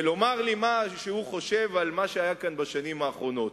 ולומר לי מה שהוא חושב על מה שהיה כאן בשנים האחרונות.